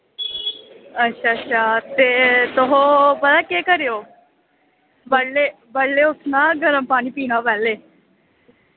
अच्छा अच्छा ते तुस पता केह् करेओ बडलै उट्ठना गरम पानी पीना पैह्लें